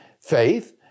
Faith